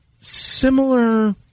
similar